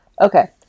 okay